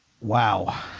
Wow